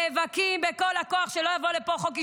נאבקים בכל הכוח שלא יבוא לפה חוק השתמטות.